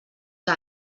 que